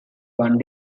one